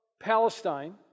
Palestine